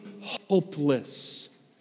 hopeless